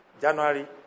January